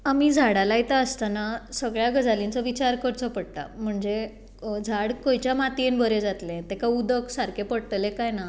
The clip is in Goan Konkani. आमी झाडां लायता आसतना सगळ्या गजालींचो विचार करचो पडटा म्हणजे झाड खंयच्या मातयेंत बरें जातलें ताका उदक सारकें पडटलें कांय ना